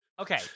okay